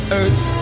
earth